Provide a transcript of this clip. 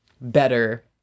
better